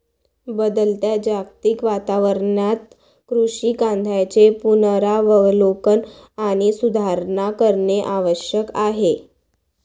बदलत्या जागतिक वातावरणात कृषी कायद्यांचे पुनरावलोकन आणि सुधारणा करणे आवश्यक आहे